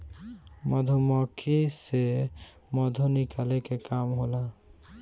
मधुमक्खी से मधु निकाले के काम होला